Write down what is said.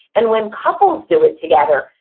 and when couples do it together,